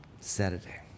Saturday